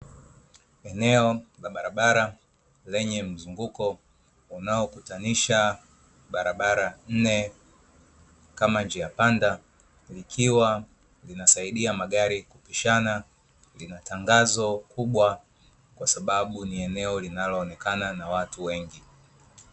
Eneo la barabara lenye mzunguko unaokutanisha barabara nne kama njia panda, likiwa linasaidia magari kupishana, lina tangazo kubwa kwa sababu ni eneo linalo onekana na watu wengi.